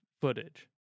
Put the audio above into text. footage